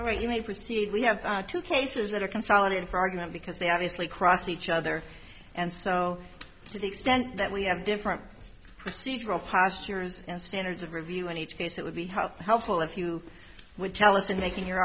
right you may proceed we have two cases that are consolidated for argument because they obviously cross each other and so to the extent that we have different procedural postures and standards of review in each case it would be how helpful if you would tell us in making your